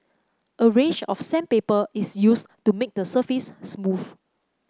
a range of sandpaper is used to make the surface smooth